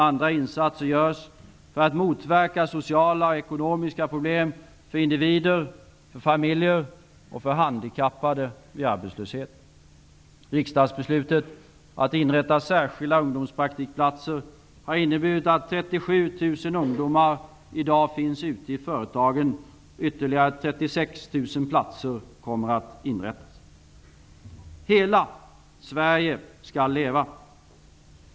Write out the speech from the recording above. Andra insatser görs för att motverka sociala och ekonomiska problem för individer, för familjer och för handikappade vid arbetslöshet. ungdomar i dag finns ute i företagen. Ytterligare 36 000 platser kommer att inrättas. Hela Sverige skall leva.